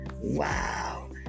Wow